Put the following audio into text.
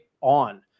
on